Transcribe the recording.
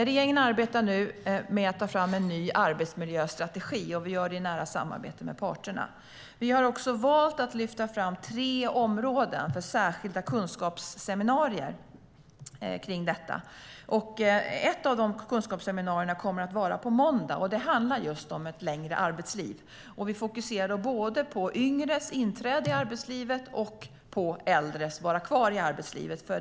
Regeringen arbetar nu med att ta fram en ny arbetsmiljöstrategi, och vi gör det i nära samarbete med parterna. Vi har valt att lyfta fram tre områden för särskilda kunskapsseminarier om detta. Ett av de kunskapsseminarierna kommer att vara på måndag. Det handlar om just om ett längre arbetsliv. Vi fokuserar på både yngres inträde i arbetslivet och äldres möjlighet att vara kvar i arbetslivet.